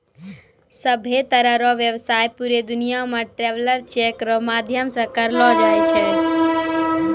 सभ्भे तरह रो व्यवसाय पूरे दुनियां मे ट्रैवलर चेक रो माध्यम से करलो जाय छै